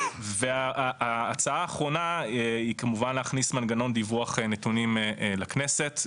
ההצעה האחרונה היא להכניס מנגנון דיווח נתונים לכנסת,